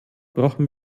brauchen